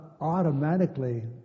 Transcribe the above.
automatically